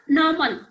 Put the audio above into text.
normal